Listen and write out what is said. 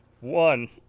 One